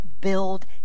build